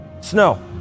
snow